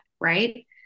right